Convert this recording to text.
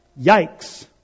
Yikes